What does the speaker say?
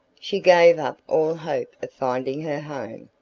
she gave up all hope of finding her home,